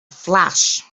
flash